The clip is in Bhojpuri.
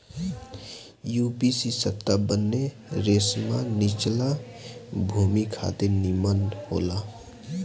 यू.पी.सी सत्तानबे रेशमा निचला भूमि खातिर निमन होला